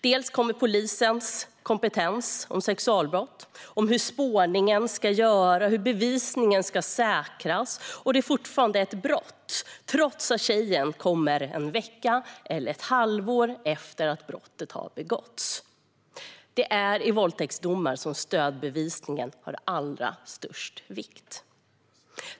Det handlar om polisens kompetens när det gäller sexualbrott, hur spårningen ska göras och hur bevisningen ska säkras. Och det är fortfarande ett brott även om tjejen gör anmälan först en vecka eller ett halvår efter att brottet har begåtts. Det är i våldtäktsdomar som stödbevisningen har allra störst vikt.